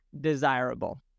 desirable